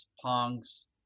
punks